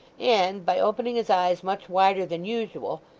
and, by opening his eyes much wider than usual,